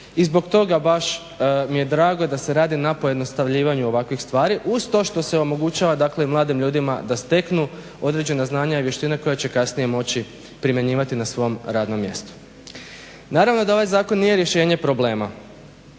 I zbog toga baš mi je drago da se radi na pojednostavljivanju ovakvih stvari uz to što se omogućava dakle i mladim ljudima da steknu određena znanja i vještine koja će kasnije moći primjenjivati na svom radnom mjestu. Naravno da ovaj zakon nije rješenje problema,